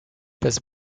passe